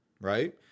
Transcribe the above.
right